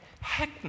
Heck